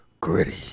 Gritty